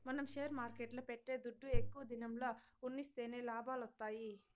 మనం షేర్ మార్కెట్ల పెట్టే దుడ్డు ఎక్కువ దినంల ఉన్సిస్తేనే లాభాలొత్తాయి